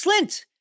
Slint